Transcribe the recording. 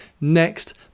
Next